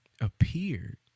appeared